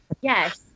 Yes